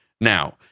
Now